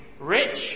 rich